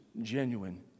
genuine